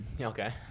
Okay